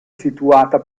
situata